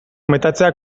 metatzea